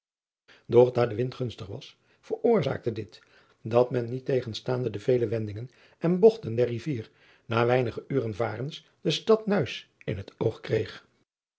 daar de wind gunstig was veroorzaakte dit dat men niettegenstaande de vele wendingen en bogten der rivier na weinige uren varens de stad uis in het oog kreeg